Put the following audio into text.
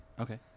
Okay